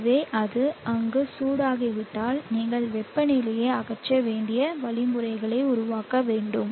எனவே அது அங்கு சூடாகிவிட்டால் நீங்கள் வெப்பநிலையை அகற்ற வேண்டிய வழிமுறைகளை உருவாக்க வேண்டும்